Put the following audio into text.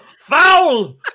Foul